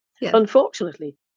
unfortunately